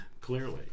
Clearly